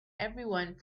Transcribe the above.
everyone